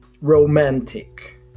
romantic